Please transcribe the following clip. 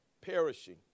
perishing